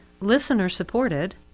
listener-supported